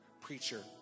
preacher